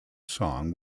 song